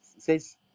says